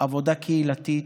עבודה קהילתית,